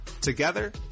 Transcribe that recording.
Together